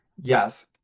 Yes